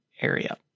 area